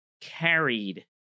carried